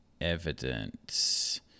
evidence